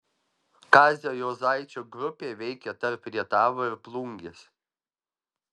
kazio juozaičio grupė veikė tarp rietavo ir plungės